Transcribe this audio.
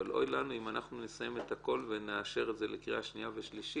אבל אוי לנו אם אנחנו נסיים את הכול ונאשר את זה לקריאה שנייה ושלישית,